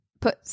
Put